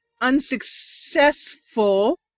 unsuccessful